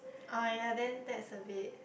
oh ya then that's a bit